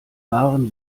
wahren